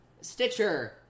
Stitcher